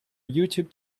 youtube